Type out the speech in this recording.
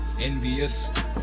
Envious